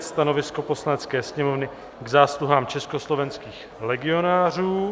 Stanovisko Poslanecké sněmovny k zásluhám československých legionářů